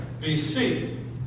BC